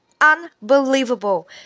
Unbelievable